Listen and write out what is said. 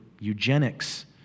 eugenics